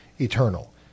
eternal